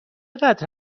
قدر